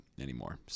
anymore